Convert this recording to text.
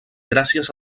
gràcies